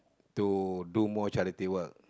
to do more charity work